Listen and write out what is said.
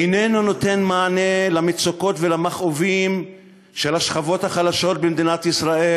איננו נותן מענה למצוקות ולמכאובים של השכבות החלשות במדינת ישראל.